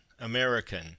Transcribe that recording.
American